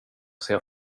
ser